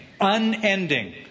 unending